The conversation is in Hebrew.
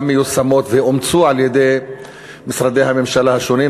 מיושם ואומץ על-ידי משרדי הממשלה השונים,